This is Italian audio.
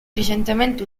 recentemente